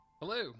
Hello